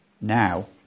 Now